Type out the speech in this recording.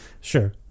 Sure